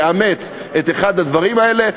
לאמץ את אחד הדברים האלה,